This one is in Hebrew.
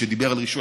שדיבר על רישוי,